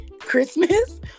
Christmas